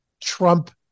Trump